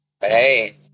hey